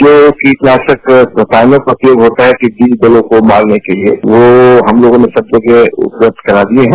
जो कीटनाशक रसायनों का उपयोग होता है टिड़ढ़ी दलों को मारने के लिये वह हम लोगों ने सब जगह उपलब्ध करा दिये हैं